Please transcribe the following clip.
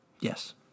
Yes